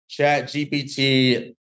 ChatGPT